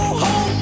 home